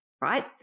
right